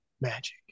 magic